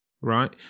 right